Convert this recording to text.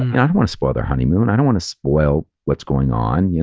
i don't want to spoil their honeymoon. i don't want to spoil what's going on. you know